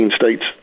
states